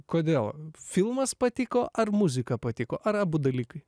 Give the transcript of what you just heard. kodėl filmas patiko ar muzika patiko ar abu dalykai